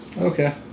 Okay